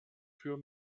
für